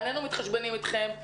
אנחנו לא מתחשבנים אתכם.